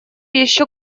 еще